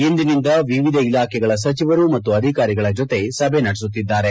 ಇಂದಿನಿಂದ ವಿವಿಧ ಇಲಾಖೆಗಳ ಸಚಿವರು ಮತ್ತು ಅಧಿಕಾರಿಗಳ ಜೊತೆ ಸಭೆ ನಡೆಸುತ್ತಿದ್ದಾರೆ